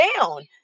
down